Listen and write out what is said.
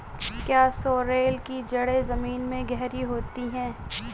क्या सोरेल की जड़ें जमीन में गहरी होती हैं?